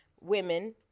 women